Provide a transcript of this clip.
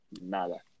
Nada